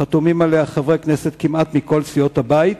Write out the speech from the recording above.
חתומים עליה חברי כנסת כמעט מכל סיעות הבית.